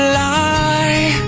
lie